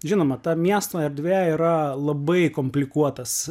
žinoma ta miesto erdvė yra labai komplikuotas